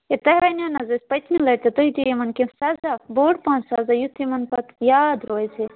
ہے تۄہہِ وَنٮ۪و نا حظ اَسہِ پٔتمہِ لٹہِ تہِ تُہۍ دِیِو یِمَن کیٚنٛہہ سزا بوٚڈ پہن سَزا یُتھ یِمَن پَتہٕ یاد روزِ ہے